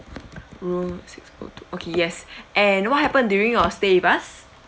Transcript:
room six O two okay yes and what happened during your stay with us